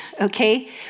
okay